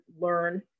learn